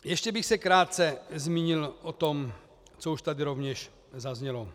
Ještě bych se krátce zmínil o tom, co už tady rovněž zaznělo.